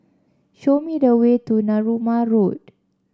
show me the way to Narooma Road